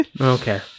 Okay